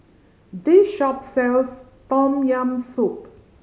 this shop sells Tom Yam Soup